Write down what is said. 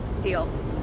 Deal